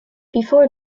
before